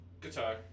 guitar